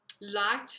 light